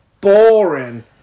boring